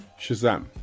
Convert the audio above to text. Shazam